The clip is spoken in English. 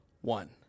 one